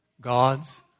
God's